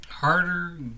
Harder